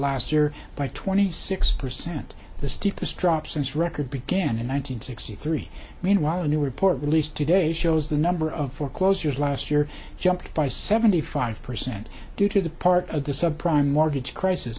last year by twenty six percent the steepest drop since records began in one nine hundred sixty three meanwhile a new report released today shows the number of foreclosures last year jumped by seventy five percent due to the part of the subprime mortgage crisis